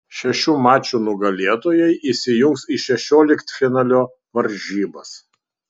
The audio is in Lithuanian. šešių mačų nugalėtojai įsijungs į šešioliktfinalio varžybas